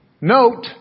Note